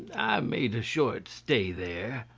made a short stay there.